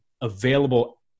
available